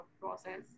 process